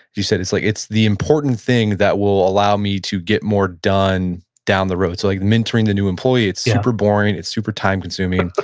you said, it's like it's the important thing that will allow me to get more done down the road. so like mentoring the new employee, it's super boring, it's super time consuming,